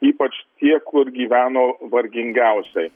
ypač tie kur gyveno vargingiausiai